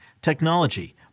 technology